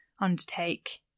undertake